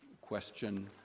question